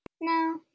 No